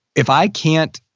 if i can't